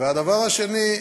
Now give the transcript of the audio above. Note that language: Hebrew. והדבר השני,